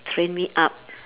train me up